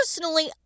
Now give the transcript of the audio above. Personally